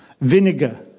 vinegar